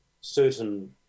certain